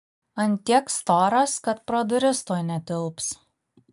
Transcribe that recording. ant tiek storas kad pro duris tuoj netilps